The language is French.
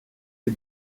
les